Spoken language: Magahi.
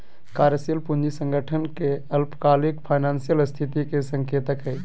कार्यशील पूंजी संगठन के अल्पकालिक फाइनेंशियल स्थिति के संकेतक हइ